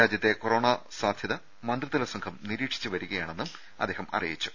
രാജ്യത്തെ കൊറോണാ സാധ്യത മന്ത്രിതല സംഘം നിരീക്ഷിച്ച് വരികയാണെന്നും അദ്ദേഹം അറിയിച്ചു